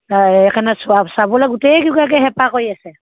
অঁ সেইকাৰণে চোৱা চাবলৈ গোটেই কেইগৰাকীয়ে হেঁপাহ কৰি আছে